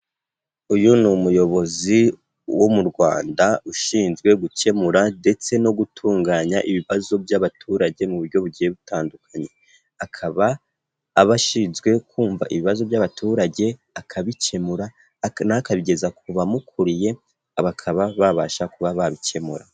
Uyu ni umuyobozi wo mu Rwanda ushinzwe gukemura ndetse no gutunganya ibibazo by'abaturage mu buryo bugiye butandukanye. Akaba aba ashinzwe kumva ibibazo by'abaturage akabikemura na we akabigeza ku bamukuriye, bakaba babasha kuba babikemura.